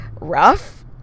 rough